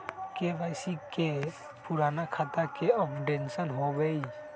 KYC करें से पुराने खाता के अपडेशन होवेई?